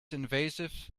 invasive